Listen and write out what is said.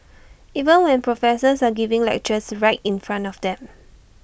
even when professors are giving lectures right in front of them